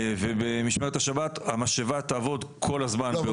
במשמרת השבת המשאבה תעבוד כל הזמן באותה מידה.